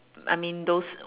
I mean those